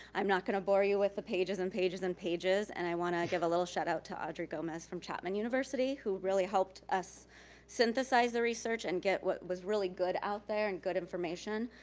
i'm not gonna bore you with the pages and pages and pages, and i wanna give a little shoutout to audrey gomez from chapman university who really helped us synthesize the research and get what was really good out there, and good information.